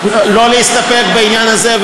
לא להסתפק בעניין הזה,